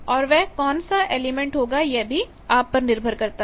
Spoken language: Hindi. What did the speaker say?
और वह कौन सा एलिमेंट होगा यह भी आप पर निर्भर करता है